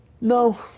No